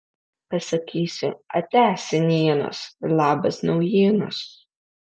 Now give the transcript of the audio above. pasakysiu atia senienos labas naujienos